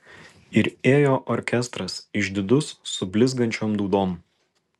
ir ėjo orkestras išdidus su blizgančiom dūdom